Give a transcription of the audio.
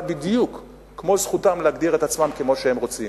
בדיוק כמו זכותם להגדיר את עצמם כמו שהם רוצים.